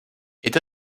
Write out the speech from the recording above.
est